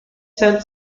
sent